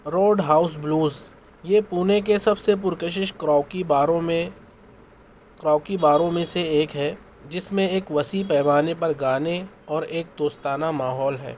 road house blues یہ پونے کے سب سے پرکشش کراوکی باروں میں کراوکی باروں میں سے ایک ہے جس میں ایک وسیع پیمانے پر گانے اور ایک دوستانہ ماحول ہے